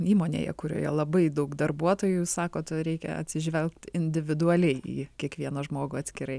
įmonėje kurioje labai daug darbuotojų sakot reikia atsižvelgti individualiai į kiekvieną žmogų atskirai